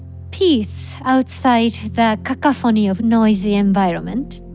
peace outside the cacophony of noisy environment